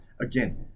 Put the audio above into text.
again